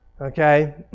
Okay